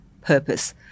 purpose